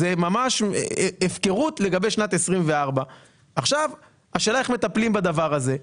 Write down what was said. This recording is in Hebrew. זה ממש הפקרות לגבי שנת 24'. עכשיו השאלה איך מטפלים בדבר הזה.